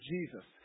Jesus